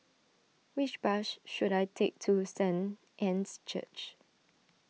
which bus should I take to Saint Anne's Church